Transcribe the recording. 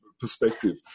perspective